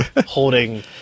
holding